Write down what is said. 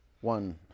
one